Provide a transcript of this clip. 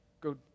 go